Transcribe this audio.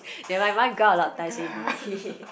then mine mine go up a lot of times already